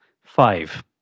five